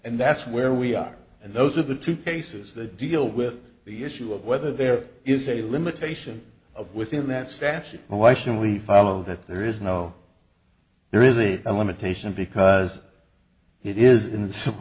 and that's where we are and those of the two cases that deal with the issue of whether there is a limitation of within that statute and why should we follow that there is no there is a limitation because it is in the civil